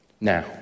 now